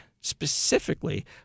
specifically